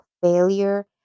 failure